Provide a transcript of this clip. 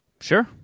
Sure